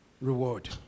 reward